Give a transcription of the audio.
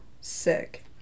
sick